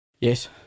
Yes